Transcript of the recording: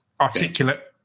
articulate –